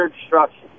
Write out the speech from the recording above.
destruction